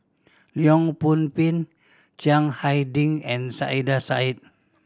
Leong Pin Chiang Hai Ding and Saiedah Said